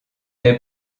les